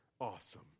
awesome